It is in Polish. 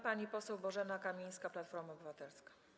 Pani poseł Bożena Kamińska, Platforma Obywatelska.